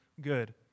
good